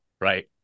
Right